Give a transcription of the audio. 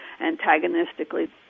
antagonistically